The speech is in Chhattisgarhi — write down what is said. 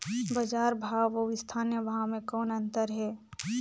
बजार भाव अउ स्थानीय भाव म कौन अन्तर हे?